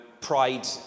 pride